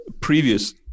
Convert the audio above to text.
previous